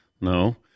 no